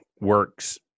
works